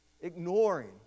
ignoring